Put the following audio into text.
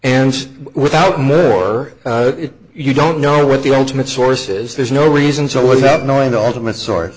and without money or you don't know what the ultimate source is there's no reason so without knowing the ultimate so